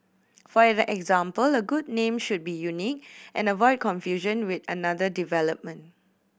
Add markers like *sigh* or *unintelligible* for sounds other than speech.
for *unintelligible* example a good name should be unique and avoid confusion with another development